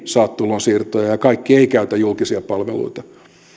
saa tulonsiirtoja ja ja kaikki eivät käytä julkisia palveluita